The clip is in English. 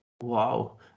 Wow